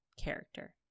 character